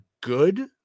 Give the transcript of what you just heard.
good